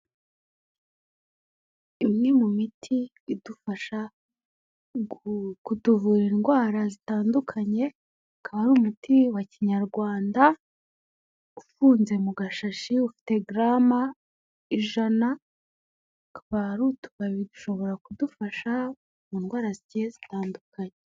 Imwe mu miti idufasha kutuvura indwara zitandukanye, akaba ari umuti wa kinyarwanda ufunze mu gashashi, ufite garama ijana, ukaba ari utubabi dushobora kudufasha mu ndwara zigiye zitandukanye.